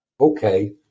Okay